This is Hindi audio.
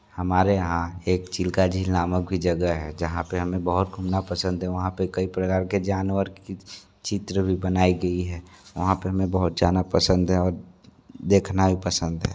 हमारे यहाँ एक चिल्का झील नामक भी जगह है जहाँ पे हमें बहुत घूमना पसंद है वहाँ पे कई प्रकार के जानवर की चित्र भी बनाई गई है वहाँ पे हमें बहुत जाना पसंद है और देखना भी पसंद है